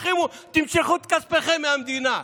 בדחילו ורחימו: תמשכו את כספכם מהמדינה.